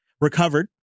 recovered